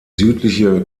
südliche